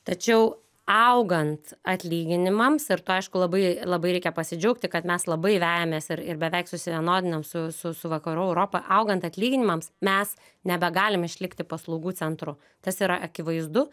tačiau augant atlyginimams ir tu aišku labai labai reikia pasidžiaugti kad mes labai vejamės ir ir beveik susivienodinom su su su vakarų europa augant atlyginimams mes nebegalim išlikti paslaugų centru tas yra akivaizdu